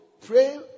pray